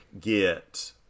get